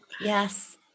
yes